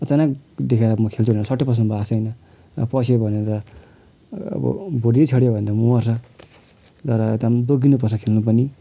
अचानक देखेर म खेल्छु भनेर स्वाट्टै पस्नु भएको छैन पस्यो भने त अब भुँडी छेडियो भने त मर्छ तर एकदम जोग्गिनुपर्छ खेल्नु पनि